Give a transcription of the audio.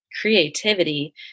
creativity